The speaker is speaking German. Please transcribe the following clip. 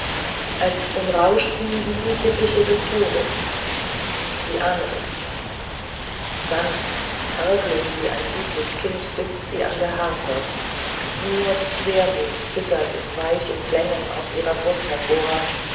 es umtauscht sie wie die fittiche des todes sie ahnet es nicht sanft arglos wie ein süße kind sitzt sie an der harfe nur die schwermut zittert in weichen klängen aus ihrer brust hervor